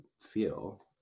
feel